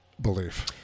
belief